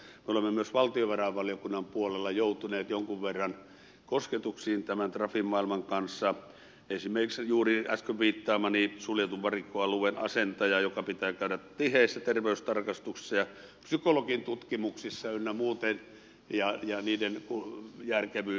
me olemme myös valtiovarainvaliokunnan puolella joutuneet jonkin verran kosketuksiin tämän trafi maailman kanssa esimerkiksi juuri äsken viittaamani suljetun varikkoalueen asentaja jonka pitää käydä tiheissä terveystarkastuksissa ja psykologin tutkimuksissa ynnä muuta niiden järkevyys